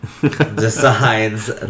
decides